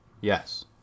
Yes